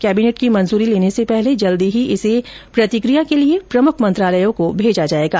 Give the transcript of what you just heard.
cabinet की मंजूरी लेने से पहले जल्दी ही इसे प्रतिक्रिया के लिए प्रमुख मंत्रालयों को भेजा जायेगा